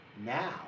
now